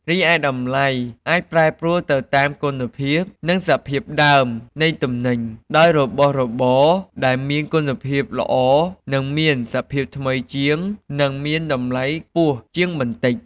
រីឯតម្លៃអាចប្រែប្រួលទៅតាម គុណភាព និងសភាពដើម នៃទំនិញ ដោយរបស់របរដែលមានគុណភាពល្អ និងមានសភាពថ្មីជាង នឹងមានតម្លៃខ្ពស់ជាងបន្តិច។